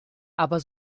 aber